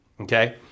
Okay